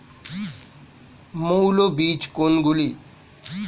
মৌল বীজ কোনগুলি?